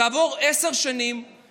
כעבור עשר שנים,